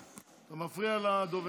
אתה מפריע לדובר.